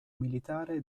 militare